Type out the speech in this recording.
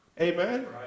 Amen